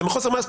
זה מחוסר מעש,